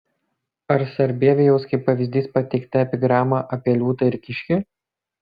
ar sarbievijaus kaip pavyzdys pateikta epigrama apie liūtą ir kiškį